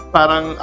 parang